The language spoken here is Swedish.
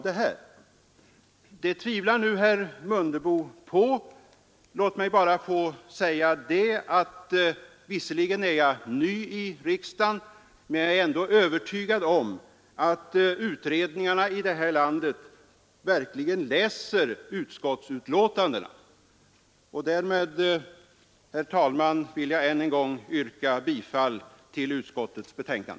Det tvivlar nu herr Mundebo på. Låt mig bara få säga att visserligen är jag ny i riksdagen, men jag är ändå övertygad om att utredarna i detta land verkligen läser utskottsbetänkandena. Därmed, herr talman, vill jag än en gång yrka bifall till utskottets hemställan.